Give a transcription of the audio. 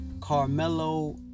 Carmelo